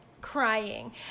crying